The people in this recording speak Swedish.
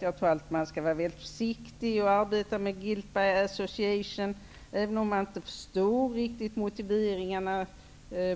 Jag tror att man skall vara mycket försiktig att arbeta med ''guilt by association''. Även om man inte riktigt förstår motiven